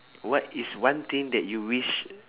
what is one thing that you wish